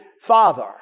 Father